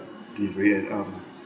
delivery and um